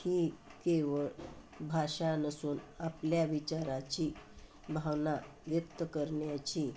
ही केवळ भाषा नसून आपल्या विचाराची भावना व्यक्त करण्याची